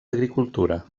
agricultura